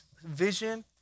vision